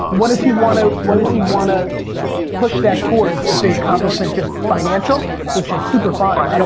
what does he want to, what does he wanna push that towards? is the accomplishment just financial? which is super fine and and